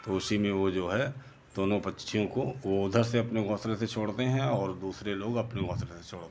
तो उसी में ओ जो है दोनों पक्षियों को वो उधर से अपने घोंसले से छोड़ते हैं और दूसरे लोग उधर से अपने घोंसले से छोड़ते हैं